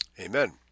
Amen